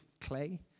clay